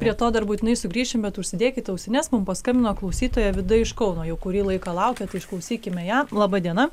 prie to dar būtinai sugrįšim bet užsidėkit ausines mum paskambino klausytoja vida iš kauno jau kurį laiką laukia tai išklausykime ją laba diena